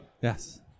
Yes